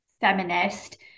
feminist